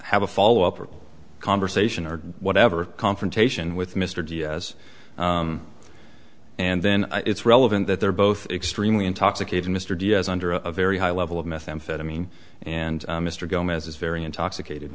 have a follow up or conversation or whatever confrontation with mr g s and then it's relevant that they're both extremely intoxicated mr diaz under a very high level of methamphetamine and mr gomez is very intoxicated